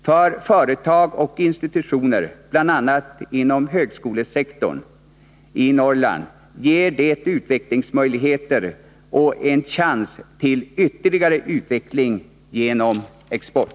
För företag och institutioner, bl.a. inom högskolesektorn i Norrland, ger det utvecklingsmöjligheter och en chans till ytterligare utveckling genom export.